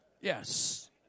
Yes